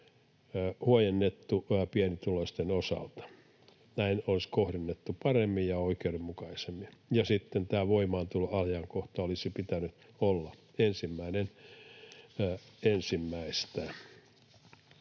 huojennettu pienituloisten osalta. Näin olisi kohdennettu paremmin ja oikeudenmukaisemmin. Ja sitten tämän voimaantuloajankohdan olisi pitänyt olla 1.1.